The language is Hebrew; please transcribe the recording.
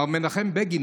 מר מנחם בגין,